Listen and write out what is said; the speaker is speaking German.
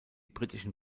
britischen